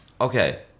Okay